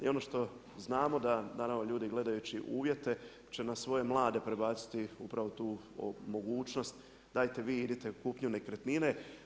I ono što znamo da naravno ljudi gledajući uvjete će na svoje mlade prebaciti upravo tu mogućnost, dajte vi idite u kupnju nekretnine.